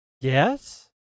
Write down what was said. Yes